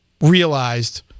realized